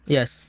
Yes